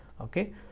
Okay